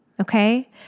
Okay